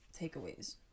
takeaways